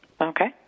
Okay